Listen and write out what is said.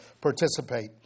participate